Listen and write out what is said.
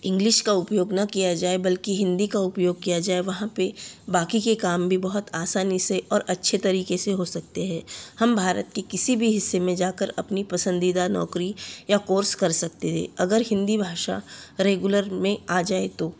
English का उपयोग ना किया जाए बल्कि हिंदी का उपयोग किया जाए वहाँ पर बाकी के काम भी बहुत आसानी से और अच्छे तरीके से हो सकते हैं हम भारत की किसी भी हिस्से में जाकर अपनी पसंदीदा नौकरी या कोर्स कर सकते हैं अगर हिंदी भाषा रेगुलर में आ जाए तो